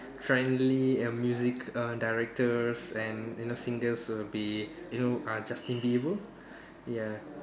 trendy um music uh directors and you know singles will be you know uh Justin-Bieber